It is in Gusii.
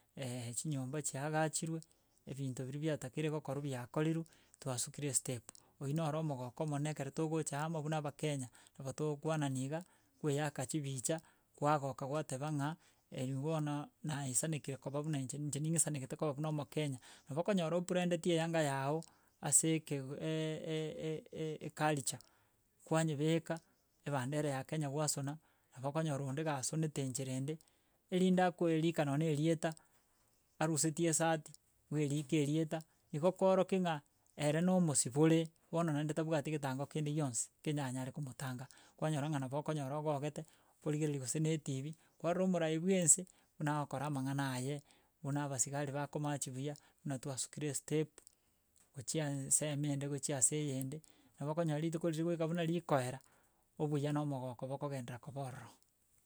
chinyomba chiagachirwe, ebinto biria batakeirwe gokoru biakorirwe twasukire estep, oywo noro omogoko omonene ekero togocha amo buna abakenya, nabo togokwanani iga, kweyaka chibicha, kwagoka kwateba ng'a eywo bono naisanekire koba buna inche, inche ning'isanegete koba buna omokenya. Nabo okonyora obrendeti eyanga yago ase ekeg e- e- e- e eculture, kwanyebeka, ebandera ya kenya gwasona, nabo okonyora onde gasonete enchera ende, erinde akoerika nonye na erieta, aruseti esati bwerika erieta, igo koorokia ng'a ere na omosibore bono naende tabwati getango kende gionsi, kenyanyare komotanga, kwanyora ng'a nabo okonyora ogogete, origereri gose ne etv, kwarora omorai bwa ense buna agokora amang'ana aye, buna abasigari bakomachi buya, buna twasukire estep, gochi ense eyemo gochia ase eyende nabo okonyora rituko riri goika buna rikoera, obuya na omogoko bokogenderera koba ororo.